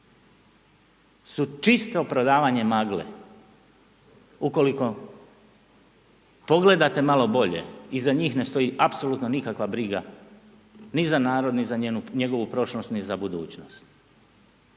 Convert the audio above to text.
su čisto prodavanje magle. Ukoliko pogledate malo bolje, iza njih ne stoji apsolutno nikakva briga ni za narod ni za njegovu prošlost ni budućnost.